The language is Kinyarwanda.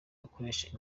bakoresha